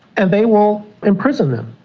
and they will imprison them.